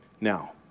Now